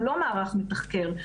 הוא לא מערך מתחקר,